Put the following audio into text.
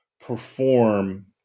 perform